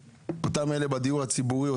אותם אלה בדיור הציבורי,